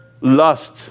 lust